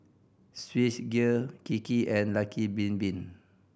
Swissgear Kiki and Lucky Bin Bin